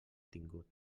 tingut